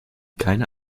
keine